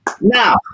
Now